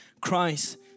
christ